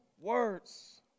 words